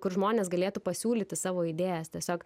kur žmonės galėtų pasiūlyti savo idėjas tiesiog